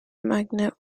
magnet